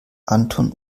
anton